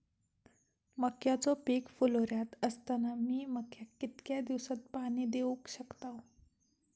मक्याचो पीक फुलोऱ्यात असताना मी मक्याक कितक्या दिवसात पाणी देऊक शकताव?